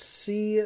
see